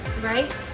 right